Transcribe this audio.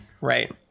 Right